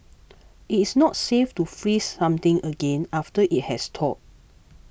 it is not safe to freeze something again after it has thawed